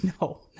No